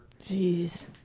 jeez